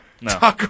No